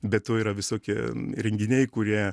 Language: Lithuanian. be to yra visokie renginiai kurie